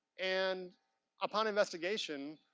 and upon investigation,